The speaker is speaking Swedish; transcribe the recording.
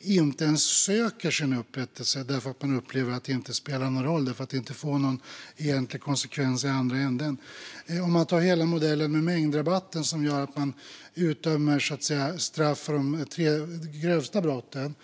inte ens söker upprättelse, för de upplever att det inte spelar någon roll och att det inte får någon egentlig konsekvens. Man kan ta hela modellen med mängdrabatten som exempel. Där utdömer man straff för de tre grövsta brotten.